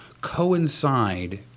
coincide